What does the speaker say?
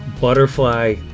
butterfly